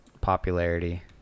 popularity